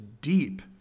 deep